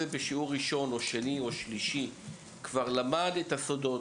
כבר כמה שיעורים ולמד את הסודות,